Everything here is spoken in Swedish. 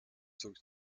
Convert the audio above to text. tog